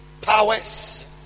powers